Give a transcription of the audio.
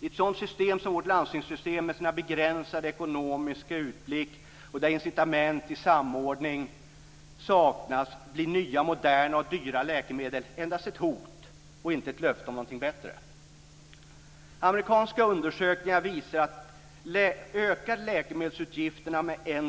I ett sådant system som vårt landstingssystem med sin begränsade ekonomiska utblick och där incitament till samordning saknas blir nya moderna och dyra läkemedel endast ett hot och inte ett löfte om någonting bättre. Amerikanska undersökningar visar att sjukvårdskostnaderna minskar med 2 dollar om läkemedelsutgifterna ökar med